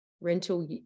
rental